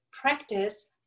practice